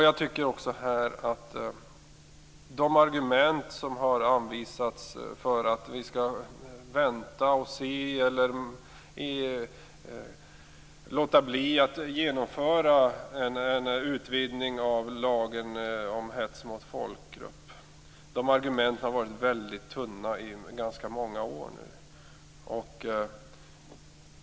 Jag tycker att de argument som har anvisats för att vi skall vänta och se och låta bli att genomföra en utvidgning av lagen om hets mot folkgrupp har varit väldigt tunna i ganska många år.